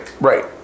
Right